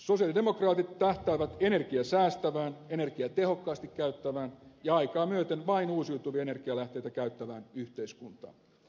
sosialidemokraatit tähtäävät energiaa säästävään energiaa tehokkaasti käyttävään ja aikaa myöten vain uusiutuvia energialähteitä käyttävään yhteiskuntaan